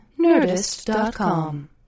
Nerdist.com